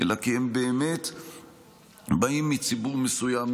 אלא כי הם באמת באים מציבור מסוים,